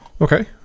Okay